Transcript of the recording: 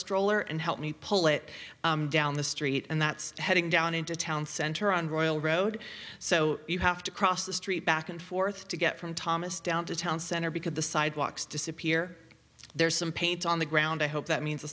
stroller and help me pull it down the street and that's heading down into town center on royal road so you have to cross the street back and forth to get from thomas down to town center because the sidewalks disappear there's some paint on the ground i hope that means the